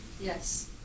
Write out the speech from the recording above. Yes